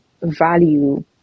value